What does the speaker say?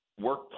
work